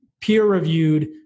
peer-reviewed